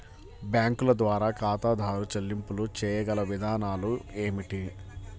బ్యాంకుల ద్వారా ఖాతాదారు చెల్లింపులు చేయగల విధానాలు ఏమిటి?